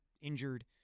injured